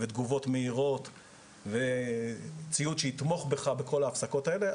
תגובות מהירות וציוד שייתמוך בך בכל ההפסקות האלה,